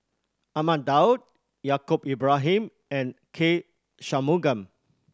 Ahmad Daud Yaacob Ibrahim and K Shanmugam